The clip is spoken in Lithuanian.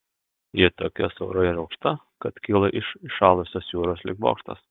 ji tokia siaura ir aukšta kad kyla iš įšalusios jūros lyg bokštas